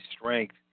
strength